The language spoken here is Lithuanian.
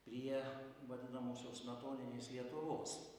prie vadinamosios smetoninės lietuvos